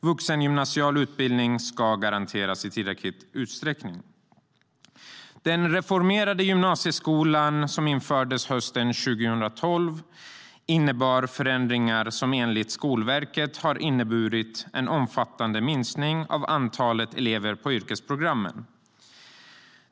Vuxengymnasial utbildning ska garanteras i tillräcklig utsträckning. Den reformerade gymnasieskola som infördes hösten 2011 innebar förändringar som enligt Skolverket har inneburit en omfattande minskning av antalet elever på yrkesprogrammen.